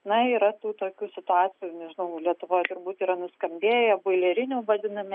na yra tų kių situacijų nežinau lietuvoj turbūt yra nuskambėję boilerinių vadinami